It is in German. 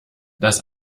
das